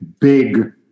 big